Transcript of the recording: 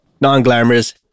non-glamorous